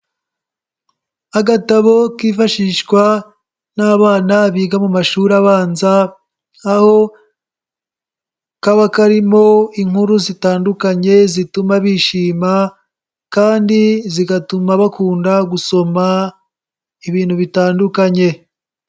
Agatabo kifashishwa n'abana biga mu mashuri abanza, aho kaba karimo inkuru zitandukanye zituma bishima kandi zigatuma bakunda gusoma ibintu bitandukanye.